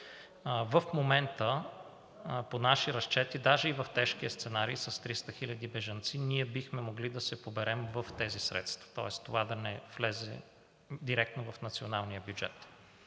В момента по наши разчети, даже и в тежкия сценарий с 300 хиляди бежанци, ние бихме могли да се поберем в тези средства, тоест това да не влезе директно в националния бюджет